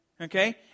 Okay